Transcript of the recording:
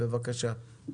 בבקשה.